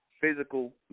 physical